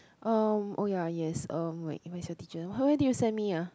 um oh ya yes um wait let me set teacher when did you send me ah